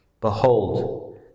Behold